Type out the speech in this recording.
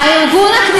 תתביישי לך.